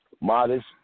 modest